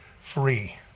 free